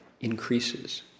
increases